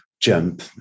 jump